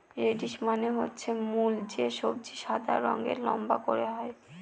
radish মানে হচ্ছে মূল যে সবজি সাদা রঙের লম্বা করে হয়